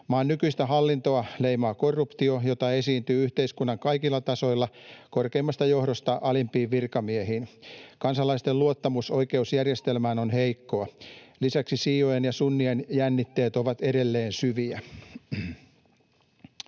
Maan nykyistä hallintoa leimaa korruptio, jota esiintyy yhteiskunnan kaikilla tasoilla korkeimmasta johdosta alimpiin virkamiehiin. Kansalaisten luottamus oikeusjärjestelmään on heikkoa. Lisäksi šiiojen ja sunnien jännitteet ovat edelleen syviä.